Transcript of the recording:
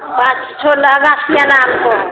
पाँच ठो लहँगा सियाना हमको